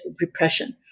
repression